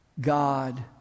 God